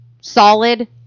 solid